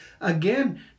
again